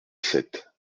sept